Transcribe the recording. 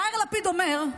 יאיר לפיד אומר,